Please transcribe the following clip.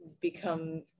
become